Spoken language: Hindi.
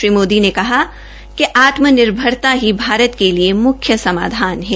श्री मोदी ने कहा कि आत्म निर्भरता ही भारत के लिए म्ख्य समाधान है